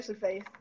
face